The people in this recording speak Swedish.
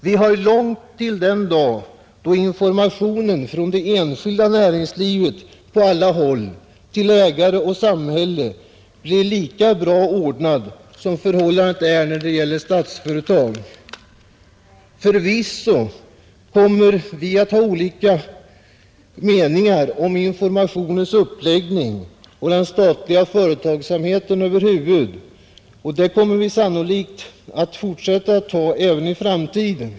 Vi har långt till den dag då informationen från det enskilda näringslivet på alla håll till ägare och samhälle blir lika bra ordnad som förhållandet är när det gäller Statsföretag. Förvisso kommer vi att ha olika meningar om informationens uppläggning och den statliga företagsamheten över huvud, och det kommer vi sannolikt att fortsätta att ha även i framtiden.